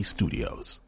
Studios